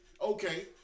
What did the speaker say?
okay